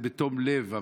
זה בתום לב,